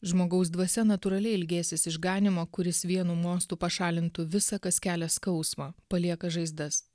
žmogaus dvasia natūraliai ilgėsis išganymo kuris vienu mostu pašalintų visą kas kelia skausmą palieka žaizdas